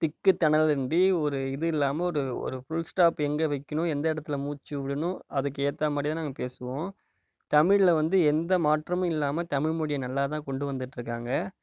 திக்கி திணறல் இன்றி ஒரு இது இல்லாமல் ஒரு ஒரு ஃபுல்ஸ்டாப் எங்கே வைக்கணும் எந்த இடத்துல மூச்சு விடணும் அதுக்கு ஏற்ற மாதிரி தான் நாங்கள் பேசுவோம் தமிழில் வந்து எந்த மாற்றமும் இல்லாமல் தமிழ்மொழியை நல்லா தான் கொண்டு வந்துகிட்ருக்காங்க